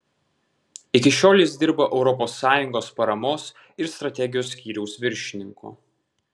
iki šiol jis dirbo europos sąjungos paramos ir strategijos skyriaus viršininku